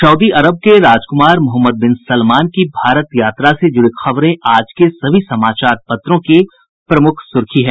Saudi Arab के राजक्मार Mohammed bin Salman की भारत यात्रा से जुड़ी खबरें आज के सभी समाचार पत्रों की प्रमुख सुर्खी है